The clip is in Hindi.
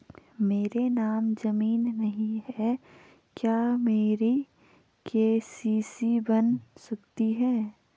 मेरे नाम ज़मीन नहीं है क्या मेरी के.सी.सी बन सकती है?